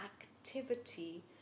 activity